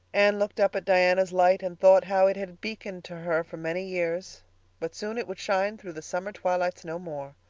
anne looked up at diana's light and thought how it had beaconed to her for many years but soon it would shine through the summer twilights no more.